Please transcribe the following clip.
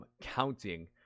counting